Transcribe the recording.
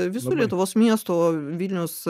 visų lietuvos miesto vilniaus